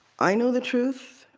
i know the truth.